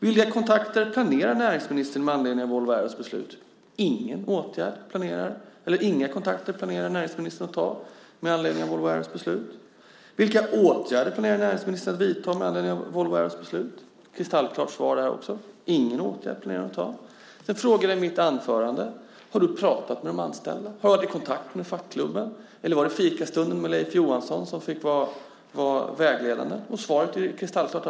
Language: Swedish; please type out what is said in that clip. Vilka kontakter planerar näringsministern med anledning av Volvo Aeros beslut? Inga kontakter planerar näringsministern att ta med anledning av Volvo Aeros beslut. Vilka åtgärder planerar näringsministern att vidta med anledning av Volvo Aeros beslut? Det var ett kristallklart svar här också. Ingen åtgärd planerar hon att vidta. Sedan frågade jag i mitt anförande: Har du pratat med de anställda? Har du varit i kontakt med fackklubben? Eller var det fikastunden med Leif Johansson som fick vara vägledande? Och svaret är kristallklart.